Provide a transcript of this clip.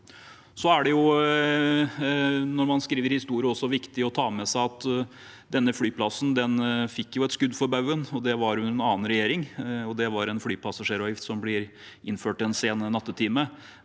Når man skriver historie, er det også viktig å ta med seg at denne flyplassen fikk et skudd for baugen – det var under en annen regjering – ved en flypassasjeravgift som ble innført en sen nattetime.